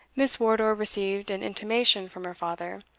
miss wardour received an intimation from her father,